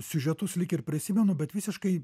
siužetus lyg ir prisimenu bet visiškai